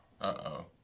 Uh-oh